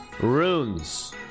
runes